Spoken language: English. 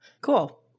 Cool